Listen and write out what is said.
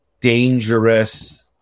dangerous